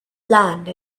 bland